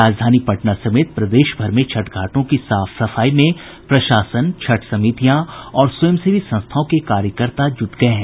राजधानी पटना समेत प्रदेश भर में छठ घाटों की साफ सफाई में प्रशासन छठ समितियां और स्वयंसेवी संस्थाओं के कार्यकर्ता जुट गये हैं